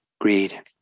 greed